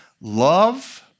love